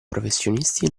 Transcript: professionisti